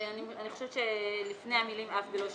אני חושבת שלפני המילים "אף בלא שהגיש".